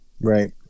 Right